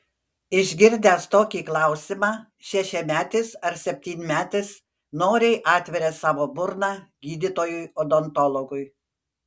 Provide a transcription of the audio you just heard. išgirdęs tokį klausimą šešiametis ar septynmetis noriai atveria savo burną gydytojui odontologui